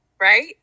Right